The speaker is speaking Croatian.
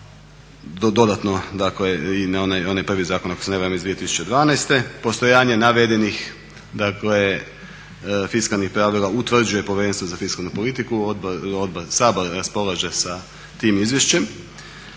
dodatno dakle i onaj prvi zakon ako se ne varam iz 2012. postojanje navedenih dakle fiskalnih pravila utvrđuje Povjerenstvo za fiskalnu politiku, Sabor raspolaže sa tim izvješćem.